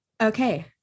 Okay